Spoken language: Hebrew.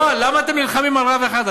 למה אתם נלחמים על רב אחד?